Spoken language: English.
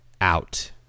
out